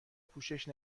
پوشش